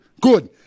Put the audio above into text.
good